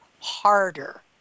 harder